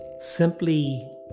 simply